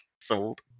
sold